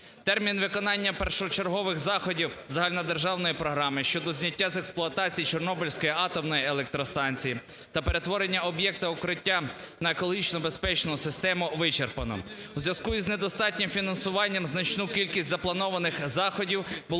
Термін виконання першочергових заходів Загальнодержавної програми щодо зняття з експлуатації Чорнобильської атомної електростанції та перетворення об'єкта "Укриття" на екологічно безпечну систему вичерпано. У зв'язку із недостатнім фінансуванням значну кількість запланованих заходів було